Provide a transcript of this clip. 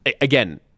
again